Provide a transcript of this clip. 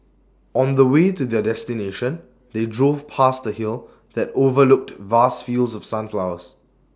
on the way to their destination they drove past A hill that overlooked vast fields of sunflowers